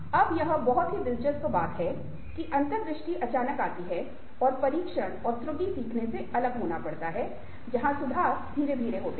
अब यह एक बहुत ही दिलचस्प बात है कि अंतर्दृष्टि अचानक आती है और परीक्षण और त्रुटि सीखने से अलग होना पड़ता है जहां सुधार धीरे धीरे होते हैं